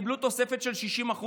קיבלו תוספת של 60%,